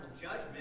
judgment